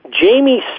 Jamie